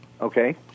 Okay